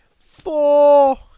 Four